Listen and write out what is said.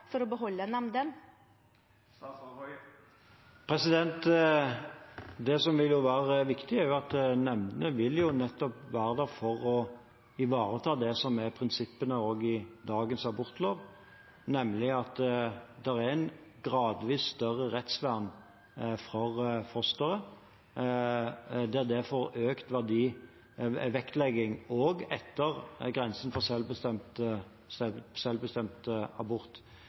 for å beholde nemndene? Det som vil være viktig, er at nemndene nettopp vil være der for å ivareta det som også er prinsippene i dagens abortlov, nemlig et gradvis større rettsvern for fosteret. Det er derfor økt verdivektlegging også etter grensen for selvbestemt